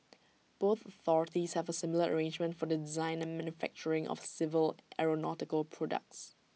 both authorities have A similar arrangement for the design and manufacturing of civil aeronautical products